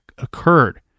occurred